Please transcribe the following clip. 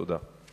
תודה.